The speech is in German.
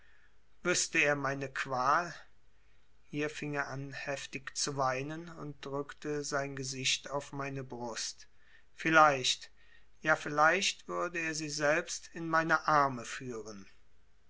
wüßte er meine qual hier fing er an heftig zu weinen und drückte sein gesicht auf meine brust vielleicht ja vielleicht würde er sie selbst in meine arme führen